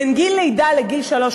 בין גיל לידה לגיל שלוש,